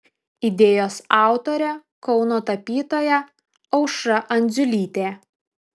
idėjos autorė kauno tapytoja aušra andziulytė